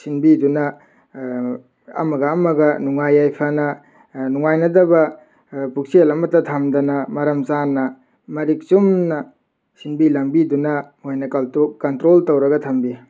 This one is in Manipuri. ꯁꯤꯟꯕꯤꯗꯨꯅ ꯑꯃꯒ ꯑꯃꯒ ꯅꯨꯡꯉꯥꯏ ꯌꯥꯏꯐꯅ ꯅꯨꯡꯉꯥꯏꯅꯗꯕ ꯄꯨꯛꯆꯦꯜ ꯑꯃꯠꯇ ꯊꯝꯗꯅ ꯃꯔꯝ ꯆꯥꯅ ꯃꯔꯤꯛ ꯆꯨꯝꯅ ꯁꯤꯟꯕꯤ ꯂꯥꯡꯕꯤꯗꯨꯅ ꯃꯣꯏꯅ ꯀꯟꯇ꯭ꯔꯣꯜ ꯇꯧꯔꯒ ꯊꯝꯕꯤ